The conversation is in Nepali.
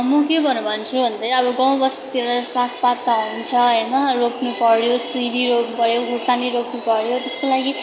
म के भनेर भन्छु भन्नुभयो अब गाउँ बस्तीतिर सागपात त हुन्छ होइन रोप्नुपर्यो सिमी रोप्नुपर्यो खोर्सानी रोप्नुपर्यो त्यसको लागि